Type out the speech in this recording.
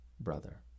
brother